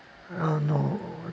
uh no